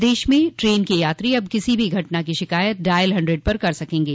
प्रदेश में ट्रेन के यात्री अब किसी भी घटना की शिकायत डॉयल हन्ड्रेड पर कर सकेंगे